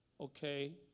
Okay